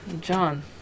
John